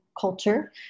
culture